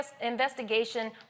investigation